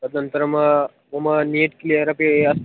तदनन्तरं मम net clear अपि अस्ति